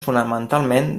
fonamentalment